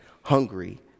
hungry